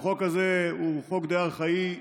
החוק הזה הוא חוק די ארכאי,